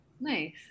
Nice